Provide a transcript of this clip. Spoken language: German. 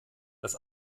das